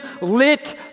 lit